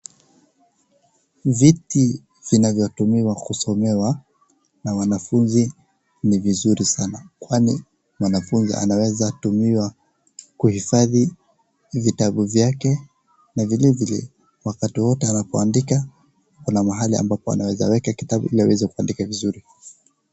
Viti vinavyotumiwa kusomewa na wanafunzi ni vizuri sana, kwani mwanafunzi anaweza tumiwa kuhifadhi vitabu vyake na vilevile wakati wowote anapoandika kuna mahali ambapo anaweza weka kitabu ili aweze kuandika vizuri.